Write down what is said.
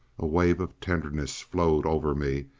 a wave of tenderness flowed over me,